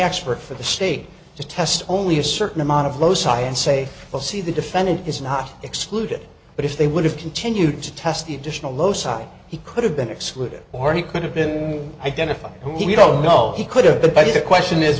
expert for the state to test only a certain amount of low science say well see the defendant is not excluded but if they would have continued to test the additional lowside he could have been excluded or he could have been identified who we don't know he could have been begging the question is